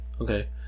okay